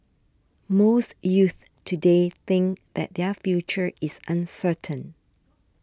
most youths today think that their future is uncertain